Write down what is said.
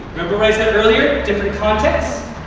remember what i said earlier, different contexts?